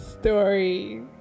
story